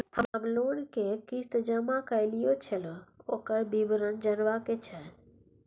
हम लोन के किस्त जमा कैलियै छलौं, ओकर विवरण जनबा के छै?